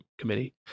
Committee